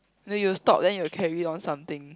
then you will stop then you will carry on something